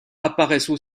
apparaissent